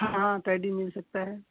हाँ हाँ टैडी मिल सकता है